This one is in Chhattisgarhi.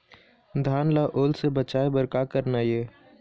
धान ला ओल से बचाए बर का करना ये?